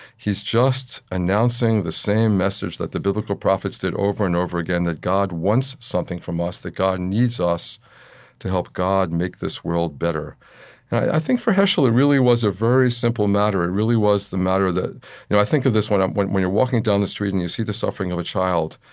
he's just announcing the same message that the biblical prophets did over and over again that god wants something from us, that god needs us to help god make this world better and i think, for heschel, it really was a very simple matter. it really was the matter that you know i think of this when when you're walking down the street and you see the suffering of a child.